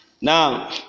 now